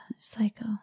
psycho